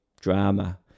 drama